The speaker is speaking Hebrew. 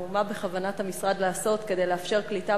מה בכוונת המשרד לעשות כדי לאפשר קליטה